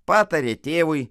patarė tėvui